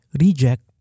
reject